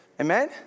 Amen